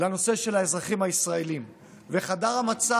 לנושא של האזרחים הישראלים וחדר המצב